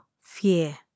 fear